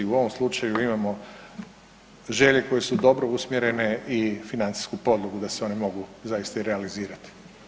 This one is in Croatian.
U ovom slučaju imamo želje koje su dobro usmjerene i financijsku podlogu da se one mogu zaista i realizirati.